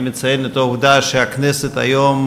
אני מציין את העובדה שהכנסת היום,